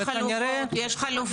יש חלופות, יש חלופות.